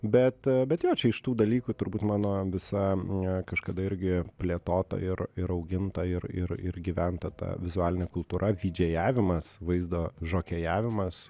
bet bet jo čia iš tų dalykų turbūt mano visa n kažkada irgi plėtota ir ir auginta ir ir ir gyventa ta vizualinė kultūra vidžėjavimas vaizdo žokėjavimas